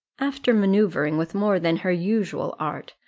after manoeuvring with more than her usual art,